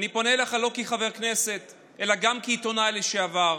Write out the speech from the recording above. אני פונה אליך לא כחבר כנסת אלא גם כעיתונאי לשעבר: